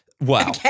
wow